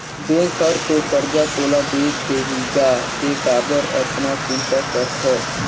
bank हर तो करजा तोला दे देहीगा तें काबर अतना चिंता करथस